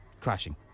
crashing